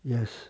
yes